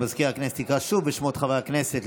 מזכיר הכנסת יקרא שוב בשמות חברי הכנסת,